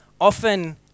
Often